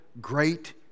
great